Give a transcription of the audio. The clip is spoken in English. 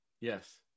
Yes